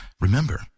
remember